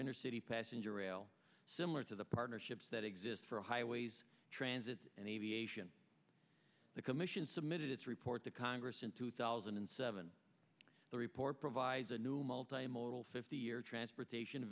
inner city passenger rail similar to the partnerships that exist for highways transit and aviation the commission submitted its report to congress in two thousand and seven the report provides a new multi modal fifty year transportation